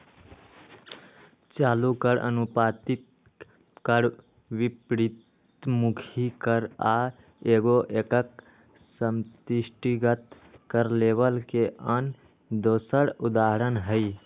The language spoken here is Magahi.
चालू कर, अनुपातिक कर, विपरितमुखी कर आ एगो एकक समष्टिगत कर लेबल के आन दोसर उदाहरण हइ